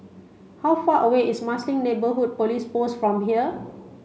how far away is Marsiling Neighbourhood Police Post from here